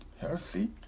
healthy